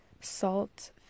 salt